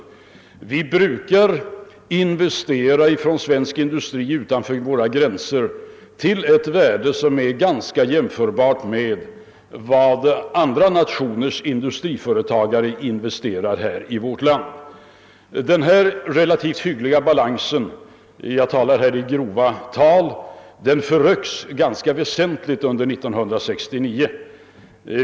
Svensk industri brukar investera utanför våra gränser till ett värde som är ganska jämförbart med vad andra nationers industriföretagare investerar här i landet. Den tidigare relativt hyggliga balansen där — jag talar nu i mycket grova drag — förrycktes ganska väsentligt under 1969.